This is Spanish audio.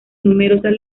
numerosas